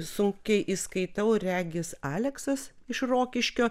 sunkiai įskaitau regis aleksas iš rokiškio